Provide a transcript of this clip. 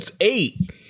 eight